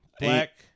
Black